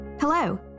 Hello